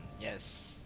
Yes